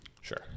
Sure